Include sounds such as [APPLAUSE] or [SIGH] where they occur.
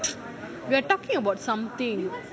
[NOISE] we're talking about something